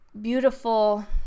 Beautiful